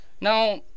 Now